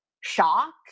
shock